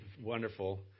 wonderful